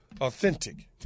authentic